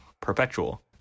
Perpetual